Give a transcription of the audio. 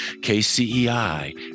KCEI